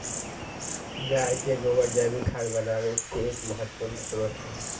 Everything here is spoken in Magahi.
गाय के गोबर जैविक खाद बनावे के एक महत्वपूर्ण स्रोत हई